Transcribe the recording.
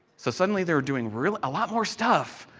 so suddenly they were doing real a lot more stuff,